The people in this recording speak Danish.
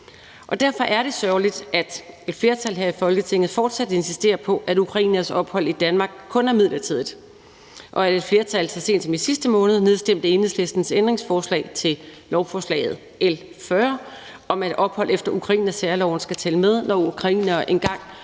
Derfor er det sørgeligt, at et flertal her i Folketinget fortsat insisterer på, at ukraineres ophold i Danmark kun er midlertidigt, og at et flertal så sent som i sidste måned nedstemte Enhedslistens ændringsforslag til lovforslag nr. L 40 om, at ophold efter ukrainersærloven skal tælle med, når ukrainere engang